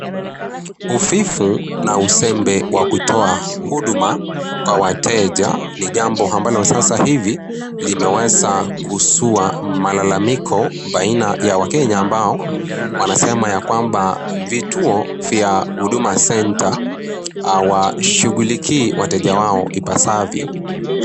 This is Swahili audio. Uvivu na uzembe wa kutoa huduma kwa wateja ni jambo ambalo sasa hivi limeweza kuzua malalamiko baina ya wakenya ambao wanasema ya kwamba vituo vya Huduma Centre hawashughulikii wateja wao ipasavyo.